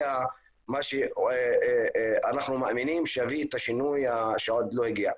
מה שאנחנו מאמינים שיביא את השינוי שעוד לא הגיע.